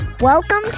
welcome